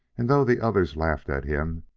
and, though the others laughed at him,